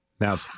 Now